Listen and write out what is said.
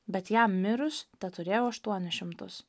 bet jam mirus teturėjau aštuonis šimtus